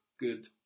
Good